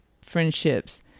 friendships